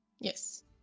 yes